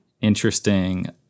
interesting